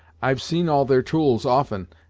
i've seen all their tools often,